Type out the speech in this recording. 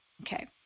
okay